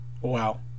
Wow